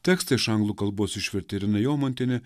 tekstą iš anglų kalbos išvertė irena jomantienė